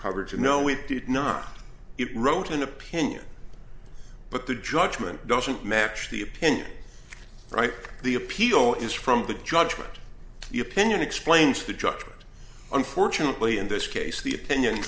coverage no it did not it wrote an opinion but the judgment doesn't match the opinion right the appeal is from the judgment the opinion explains the judgement unfortunately in this case the opinion